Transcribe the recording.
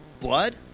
blood